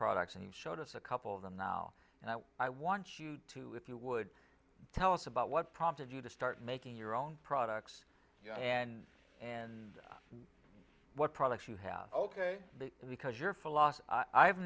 products and showed us a couple of them now and i want you to if you would tell us about what prompted you to start making your own products and and what products you have ok because your philosophy i